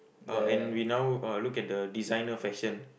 uh and we now uh look at the designer fashion